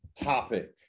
topic